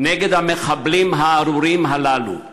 נגד המחבלים הארורים הללו.